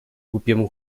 głupiemu